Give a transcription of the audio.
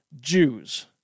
Jews